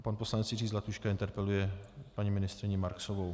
Pan poslanec Jiří Zlatuška interpeluje paní ministryni Marksovou.